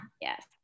yes